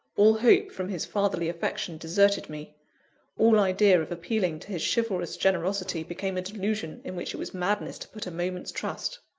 all hope from his fatherly affection deserted me all idea of appealing to his chivalrous generosity became a delusion in which it was madness to put a moment's trust.